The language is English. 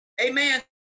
Amen